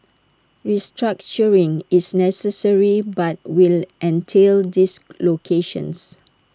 restructuring is necessary but will entail dislocations